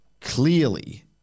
clearly